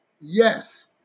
yes